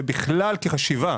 ובכלל כחשיבה.